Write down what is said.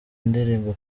ndirimbo